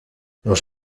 los